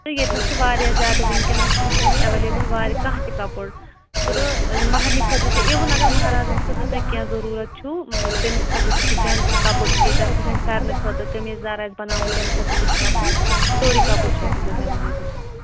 تہٕ ییٚتہِ نَس چھِ واریاہ زیادٕ وٕنکٮ۪نَس تہِ چھِ اَسہِ ایویلیبٕل وارِ کانٛہہ تہِ کَپُر تہٕ مَہَرنہِ خٲطرٕ تہِ اِوٕن اگر مَہرازَس خٲطرٕ تۄہہِ کینٛہہ ضروٗرَت چھُو تٔمِس خٲطرٕ تہِ چھِ جَنٹٕس کَپُر چھِ ییٚتٮ۪ن تِہِنٛد پھٮ۪رنہٕ خٲطرٕ کٔمیٖزیَزار آسہِ بَناوُن تَمہِ خٲطرٕ تہِ چھِ کَپُر سورُے کَپُر چھِ اَسہِ ایویلیبٕل